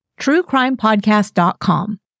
truecrimepodcast.com